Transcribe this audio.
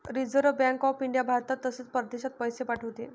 reserve bank of India भारतात तसेच परदेशात पैसे पाठवते